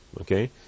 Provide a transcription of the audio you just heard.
Okay